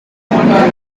somewhere